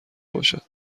باشد